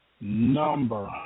number